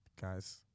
guys